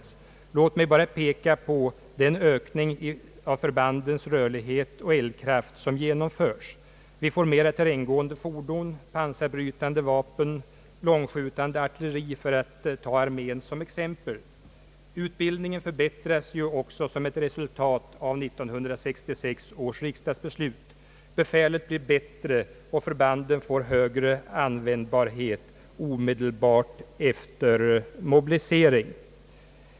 Låt mig bara peka på den ökning av förbandens rörlighet och eldkraft som har genomförts. Vi har fått mera terränggående fordon, pansarbrytande vapen och långskjutande artilleri för att ta armén som exempel. Utbildningen förbättras också som ett resultat av 1966 års riksdagsbeslut. Befälet blir bättre och förbanden får större användbarhet omedelbart efter mobilisering.